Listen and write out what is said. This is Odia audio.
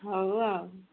ହଉ ଆଉ